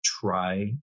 try